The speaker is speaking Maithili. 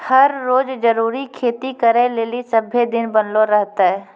हर रो जरूरी खेती करै लेली सभ्भे दिन बनलो रहतै